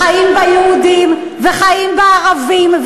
חיים בה יהודים וחיים בה ערבים,